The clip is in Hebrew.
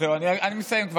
אני מסיים.